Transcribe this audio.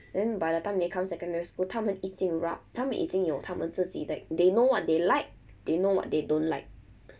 then by the time they come secondary school 他们一进 rub 他们已经有他们自己 like they know what they like they know what they don't like